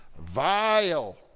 Vile